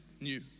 new